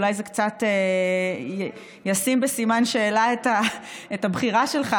אולי זה קצת ישים בסימן שאלה את הבחירה שלך,